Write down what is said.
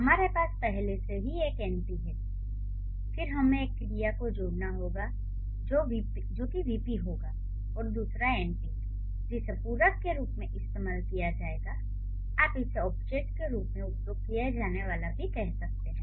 हमारे पास पहले से ही एक एनपी है फिर हमें एक क्रिया को जोड़ना होगा जो कि वीपी होगा और दूसरा एनपी जिसे पूरक के रूप में इस्तेमाल किया जाएगा या आप इसे ऑब्जेक्ट के रूप में उपयोग किया जानेवाला भी कह सकते है